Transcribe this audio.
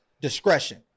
discretion